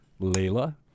Layla